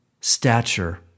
stature